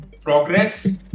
progress